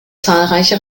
zahlreiche